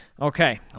Okay